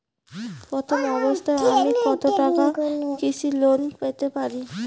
প্রথম অবস্থায় আমি কত টাকা কৃষি লোন পেতে পারি?